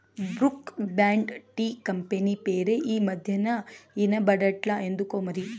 Brooke Bond tea company పేరే ఈ మధ్యనా ఇన బడట్లా ఎందుకోమరి